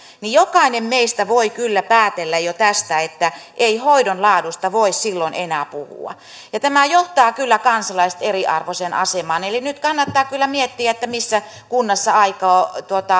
niin jokainen meistä voi kyllä päätellä jo tästä että ei hoidon laadusta voi silloin enää puhua tämä johtaa kyllä kansalaiset eriarvoiseen asemaan eli nyt kannattaa kyllä miettiä missä kunnassa aikoo